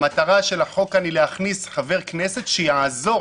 המטרה של החוק כאן היא להכניס חבר כנסת שיעזור,